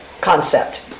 concept